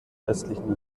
östlichen